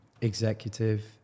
executive